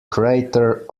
crater